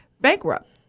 bankrupt